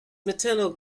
maternal